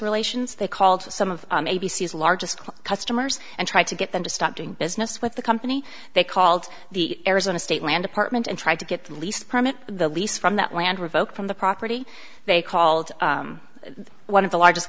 relations they called some of these largest customers and tried to get them to stop doing business with the company they called the arizona state land department and tried to get the lease permit the lease from that land revoked from the property they called one of the largest